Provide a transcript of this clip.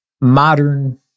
Modern